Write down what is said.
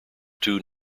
two